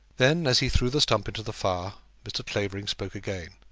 then, as he threw the stump into the fire, mr. clavering spoke again.